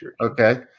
Okay